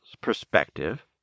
perspective